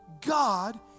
God